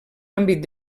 àmbit